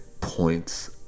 points